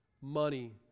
money